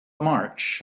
march